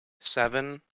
Seven